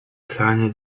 kleine